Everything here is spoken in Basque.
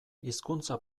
hizkuntza